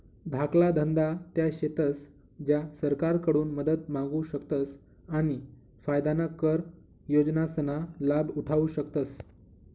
धाकला धंदा त्या शेतस ज्या सरकारकडून मदत मांगू शकतस आणि फायदाना कर योजनासना लाभ उठावु शकतस